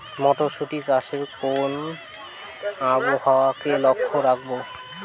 মটরশুটি চাষে কোন আবহাওয়াকে লক্ষ্য রাখবো?